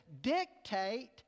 dictate